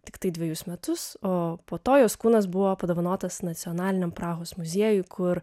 tiktai dvejus metus o po to jos kūnas buvo padovanotas nacionaliniam prahos muziejuj kur